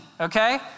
okay